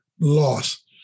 loss